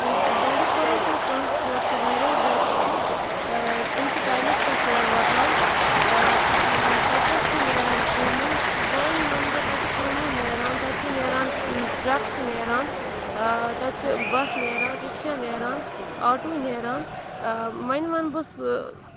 بانڈی پوراہَس منٛز ٹرٛانَسپوٹ چھِ واریاہ زیادٕ اَصٕل یِم چھِ ٹایمَس پٮ۪ٹھ تور واتان تَتہِ پٮ۪ٹھ چھِ نیران سومو وان وَنہٕ بہٕ تَتہِ چھِ سوموٗ نیران تَتہِ چھِ نیران ٹرٛک چھِ نیران تَتہِ چھِ بَس نیران رِکشا نیران آٹوٗ نیران وَنۍ وَنہٕ بہٕ سُہ